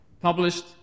published